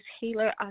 Healer